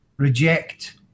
reject